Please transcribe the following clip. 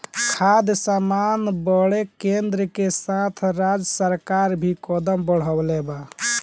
खाद्य सामान बदे केन्द्र के साथ राज्य सरकार भी कदम बढ़ौले बा